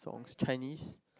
is Chinese